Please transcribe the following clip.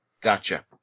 Gotcha